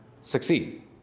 succeed